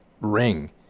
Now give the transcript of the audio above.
ring